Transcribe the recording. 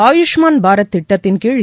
ஆயுஷ்மான் பாரத் திட்டத்தின்கீழ்